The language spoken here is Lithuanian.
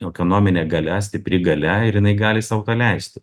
ekonominė galia stipri galia ir jinai gali sau leisti